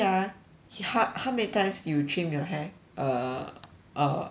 you how how many times you trim your hair uh uh um